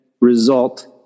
result